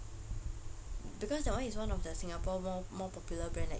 because that one is one of the Singapore more more popular brand like